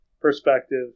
perspective